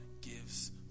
gives